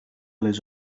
les